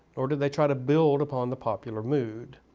nor did they try to build upon the popular mood.